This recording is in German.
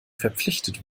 verpflichtet